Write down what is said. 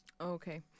Okay